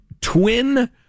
Twin